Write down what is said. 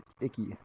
icky